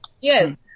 Yes